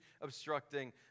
obstructing